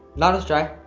not as dry,